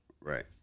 Right